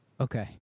Okay